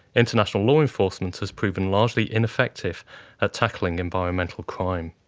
international law enforcement has proven largely ineffective at tackling environmental crime.